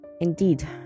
Indeed